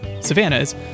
savannas